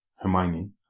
Hermione